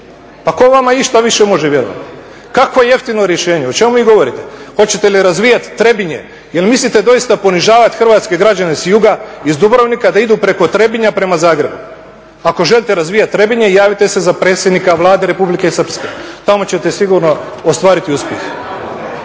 Pa tko vama išta više može vjerovati? Kakvo jeftino rješenje, o čemu vi govorite? Hoćete li razvijati Trebinje? Je li mislite doista ponižavati hrvatske građane sa juga iz Dubrovnika da idu preko Trebinja prema Zagrebu? Ako želite razvijati Trebinje javite se za predsjednika Vlade Republike Srpske tamo ćete sigurno ostvariti uspjeh.